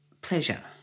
pleasure